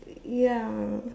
ya